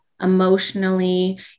emotionally